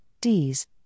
Ds